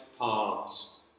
paths